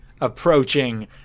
approaching